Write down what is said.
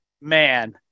man –